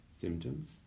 Symptoms